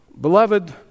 Beloved